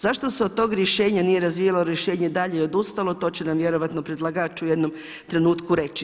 Zašto se od tog rješenja nije razvijalo rješenje dalje i odustalo, to će nam vjerojatno predlagač u jednom trenutku reći.